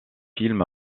film